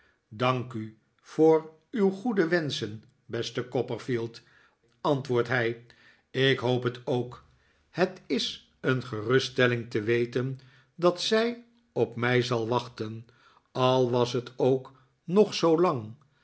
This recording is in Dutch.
dank u voor uw goede wenschen beste copperfield antwoordt hij ik hoop het ook het is een geruststelling te weten dat zij op mij zal wachten al was het ook nog